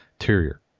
Interior